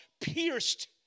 pierced